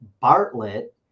Bartlett